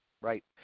right